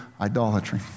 idolatry